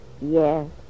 Yes